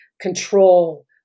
control